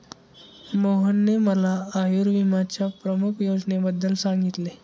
मोहनने मला आयुर्विम्याच्या प्रमुख योजनेबद्दल सांगितले